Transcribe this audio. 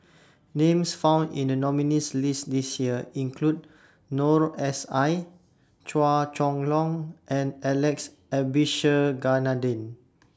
Names found in The nominees' list This Year include Noor S I Chua Chong Long and Alex Abisheganaden